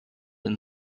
and